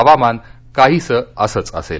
हवामान काहीसं असंच असेल